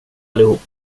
allihop